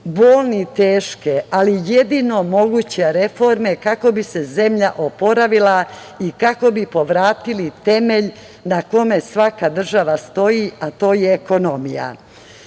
bolne i teške, ali jedino moguće reforme kako bi se zemlja oporavila i kako bi povratili temelj na kome svaka država stoji, a to je ekonomija. Moram